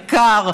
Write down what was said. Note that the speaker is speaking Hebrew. עקר,